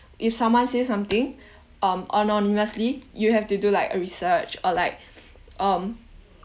if someone says something um anonymously you have to do like research uh like um